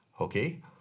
okay